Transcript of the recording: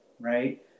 right